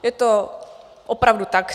Je to opravdu tak.